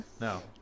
no